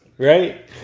Right